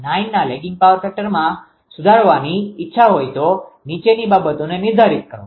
9 ના lagging power ફેક્ટરમાં સુધારવાની ઇચ્છા હોય તો નીચેની બાબતોને નિર્ધારિત કરો